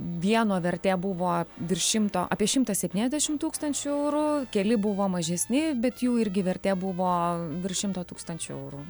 vieno vertė buvo virš šimto apie šimtą septyniasdešim tūkstančių eurų keli buvo mažesni bet jų irgi vertė buvo virš šimto tūkstančių eurų